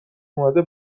اومده